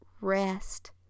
rest